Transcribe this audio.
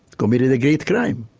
committed a great crime,